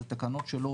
זה תקנות שלו,